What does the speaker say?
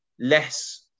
less